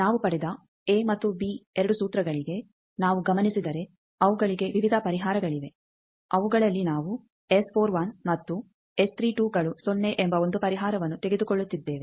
ನಾವು ಪಡೆದ ಎ ಮತ್ತು ಬಿ 2 ಸೂತ್ರಗಳಿಗೆ ನಾವು ಗಮನಿಸಿದರೆ ಅವುಗಳಿಗೆ ವಿವಿಧ ಪರಿಹಾರಗಳಿವೆ ಅವುಗಳಲ್ಲಿ ನಾವು ಮತ್ತು ಗಳು ಸೊನ್ನೆ ಎಂಬ ಒಂದು ಪರಿಹಾರವನ್ನು ತೆಗೆದುಕೊಳ್ಳುತ್ತಿದ್ದೇವೆ